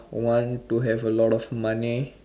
one to have a lot of money